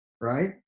right